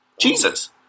Jesus